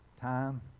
time